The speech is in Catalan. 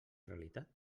realitat